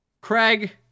Craig